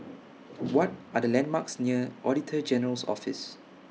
What Are The landmarks near Auditor General's Office